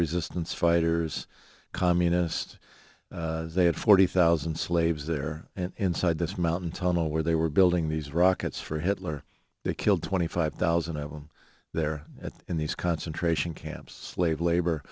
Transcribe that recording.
resistance fighters communists they had forty thousand slaves there and inside this mountain tunnel where they were building these rockets for hitler they killed twenty five thousand of them there in these concentration camps slave labor